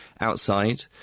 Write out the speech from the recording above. outside